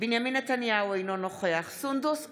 בנימין נתניהו, אינו נוכח סונדוס סאלח,